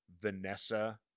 Vanessa